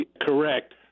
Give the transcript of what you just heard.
correct